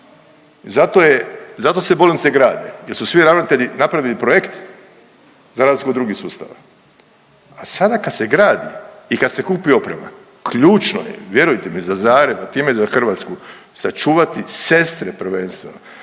zato se bolnice grade jer su svi ravnatelji napravili projekt za razliku od drugih sustava, a sada kad se gradi i kad se kupi oprema ključno je, vjerujte mi za Zagreb, a time i za Hrvatsku, sačuvati sestre prvenstveno,